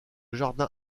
jardin